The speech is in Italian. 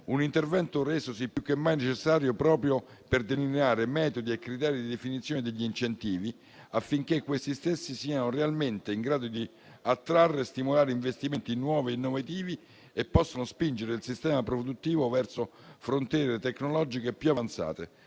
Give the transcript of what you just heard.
un intervento resosi più che mai necessario proprio per delineare metodi e criteri di definizione degli incentivi, affinché questi stessi siano realmente in grado di attrarre e stimolare investimenti nuovi e innovativi e possano spingere il sistema produttivo verso frontiere tecnologiche più avanzate,